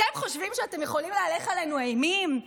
אתם חושבים שאתם יכולים להלך עלינו אימים?